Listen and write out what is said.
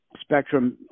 Spectrum